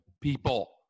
people